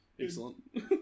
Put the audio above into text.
Excellent